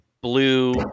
blue